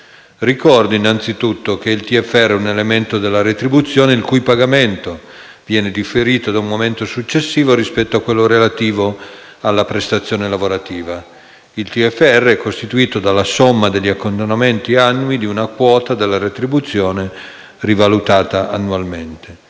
ricordo che il TFR è un elemento della retribuzione il cui pagamento viene differito ad un momento successivo rispetto a quello relativo alla prestazione dell'attività lavorativa. Il TFR è costituito dalla somma degli accantonamenti annui di una quota della retribuzione rivalutata annualmente.